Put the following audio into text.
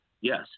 Yes